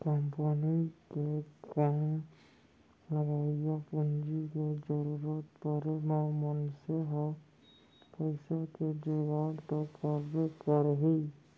company के काम म लगवइया पूंजी के जरूरत परे म मनसे ह पइसा के जुगाड़ तो करबे करही